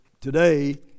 today